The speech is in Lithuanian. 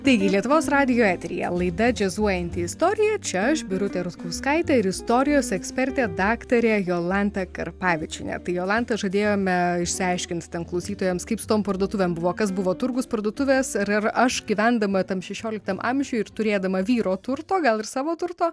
taigi lietuvos radijo eteryje laida džiazuojanti istorija čia aš birutė rutkauskaitė ir istorijos ekspertė daktarė jolanta karpavičienė jolanta žadėjome išsiaiškint ten klausytojams kaip su tom parduotuvėm buvo kas buvo turgus parduotuvės ir ar aš gyvendama tam šešioliktam amžiuj ir turėdama vyro turto gal ir savo turto